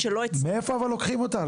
מאיפה לוקחים אותה?